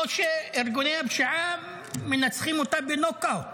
או שארגוני הפשיעה מנצחים אותה בנוק-אאוט,